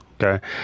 Okay